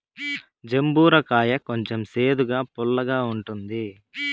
జంబూర కాయ కొంచెం సేదుగా, పుల్లగా ఉంటుంది